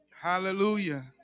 Hallelujah